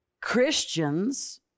Christians